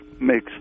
makes